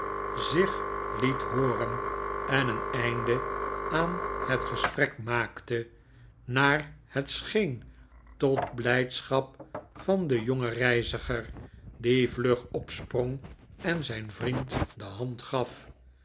zich het hooren en een einde aan het gesprek maakte naar het scheen tot blijdschap van den jongen reiziger die vlug opsprong en zijn vriend de hand gaf